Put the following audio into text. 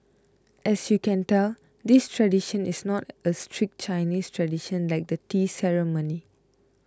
as you can tell this tradition is not a strict Chinese tradition like the tea ceremony